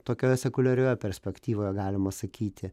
tokioje sekuliarioje perspektyvoje galima sakyti